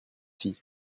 filles